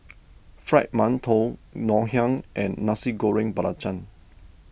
Fried Mantou Ngoh Hiang and Nasi Goreng Belacan